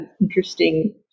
interesting